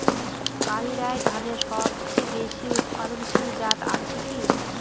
কালিরাই ধানের সবচেয়ে বেশি উৎপাদনশীল জাত আছে কি?